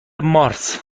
مارس